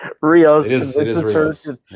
Rio's